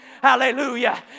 Hallelujah